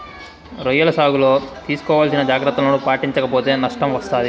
రొయ్యల సాగులో తీసుకోవాల్సిన జాగ్రత్తలను పాటించక పోతే నష్టం వస్తాది